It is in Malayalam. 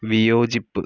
വിയോജിപ്പ്